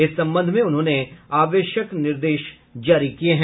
इस संबंध में उन्होंने आवश्यक निर्देश जारी किया है